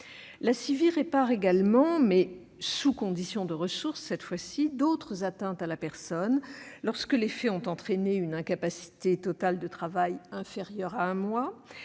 La CIVI répare également, mais sous conditions de ressources, d'autres atteintes à la personne, lorsque les faits ont entraîné une incapacité totale de travail inférieure à un mois,